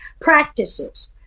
practices